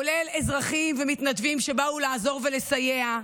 כולל אזרחים ומתנדבים שבאו לעזור ולסייע,